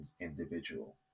individual